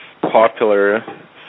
popular